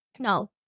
No